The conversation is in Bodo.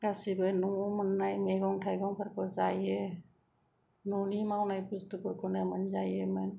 गासिबो न'आव मोननाय मैगं थायगंफोर जायो न'नि मावनाय बुसथुफोरखौनो मोनजायोमोन